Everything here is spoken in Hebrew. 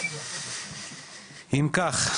אם כך,